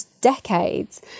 decades